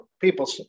people